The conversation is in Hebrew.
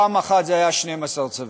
פעם אחת זה היה 12 צווים.